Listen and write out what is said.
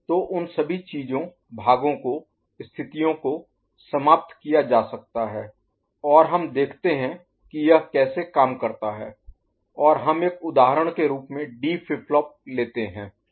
तो उन सभी चीजों भागों को स्थितियों को समाप्त किया जा सकता है और हम देखते हैं कि यह कैसे काम करता है और हम एक उदाहरण के रूप में डी फ्लिप फ्लॉप लेते हैं